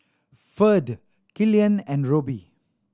Ferd Killian and Roby